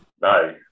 No